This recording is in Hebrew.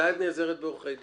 מתי את נעזרת בעורכי דין?